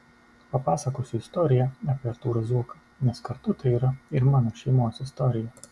papasakosiu istoriją apie artūrą zuoką nes kartu tai yra ir mano šeimos istorija